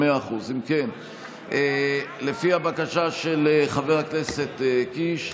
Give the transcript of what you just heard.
אם כן, לפי הבקשה של חבר הכנסת קיש,